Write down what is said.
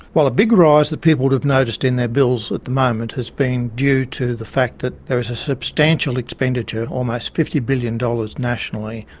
a big rise that people would have noticed in their bills at the moment has been due to the fact that there is a substantial expenditure, almost fifty billion dollars nationally,